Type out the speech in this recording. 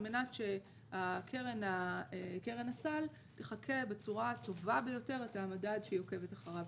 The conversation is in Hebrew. מנת שקרן הסל תחקה בצורה הטובה ביותר את המדד שהיא עוקבת אחריו.